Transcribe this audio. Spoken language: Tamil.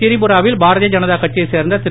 திரிபுராவில் பாரதிய ஜனதா கட்சியைச் சேர்ந்த திரு